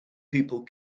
people